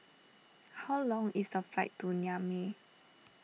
how long is the flight to Niamey